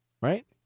Right